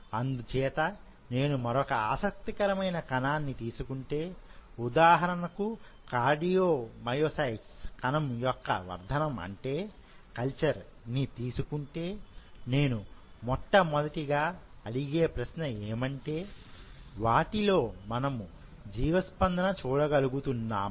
అందుచేత నేను మరొక ఆసక్తికరమైన కణాన్ని తీసుకుంటే ఉదాహరణకు కార్డియో మైసైట్కణం యొక్క వర్ధనం అంటే కల్చర్ ని తీసుకుంటే నేను మొట్ట మొదటి గా అడిగే ప్రశ్న ఏమంటే వాటిలో మనము జీవస్పందన చూడగలుగుతున్నామా